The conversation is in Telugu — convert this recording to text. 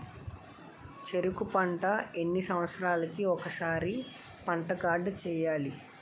చెరుకు పంట ఎన్ని సంవత్సరాలకి ఒక్కసారి పంట కార్డ్ చెయ్యాలి?